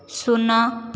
ଶୂନ